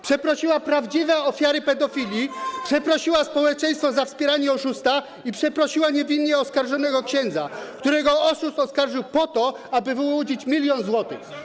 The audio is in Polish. Przeprosiła prawdziwe ofiary pedofili, przeprosiła społeczeństwo za wspieranie oszusta i przeprosiła niewinnie oskarżonego księdza, którego oszust oskarżył po to, aby wyłudzić 1 mln zł.